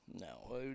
no